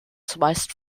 zumeist